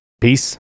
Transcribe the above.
Peace